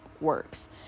works